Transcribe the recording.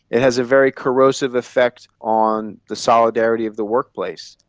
it has a very corrosive effect on the solidarity of the workplace,